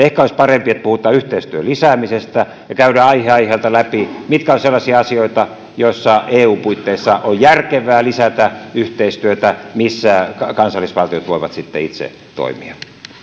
ehkä olisi parempi että puhutaan yhteistyön lisäämisestä ja käydään aihe aiheelta läpi mitkä ovat sellaisia asioita joissa eun puitteissa on järkevää lisätä yhteistyötä ja missä kansallisvaltiot voivat sitten itse toimia